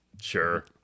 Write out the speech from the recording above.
sure